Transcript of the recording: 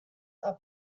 are